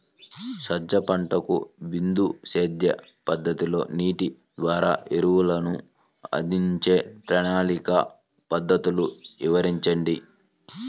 సజ్జ పంటకు బిందు సేద్య పద్ధతిలో నీటి ద్వారా ఎరువులను అందించే ప్రణాళిక పద్ధతులు వివరించండి?